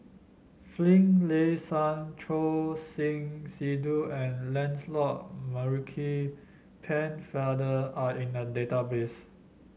Finlayson Choor Singh Sidhu and Lancelot Maurice Pennefather are in the database